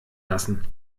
lassen